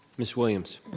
miss williams.